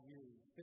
use